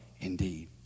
Indeed